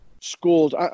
schools